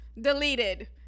deleted